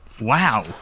wow